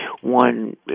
one